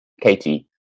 Katie